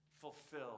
fulfill